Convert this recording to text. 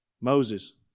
Moses